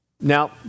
Now